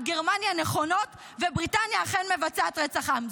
גרמניה נכונות ובריטניה אכן מבצעת רצח עם.